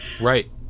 Right